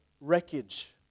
wreckage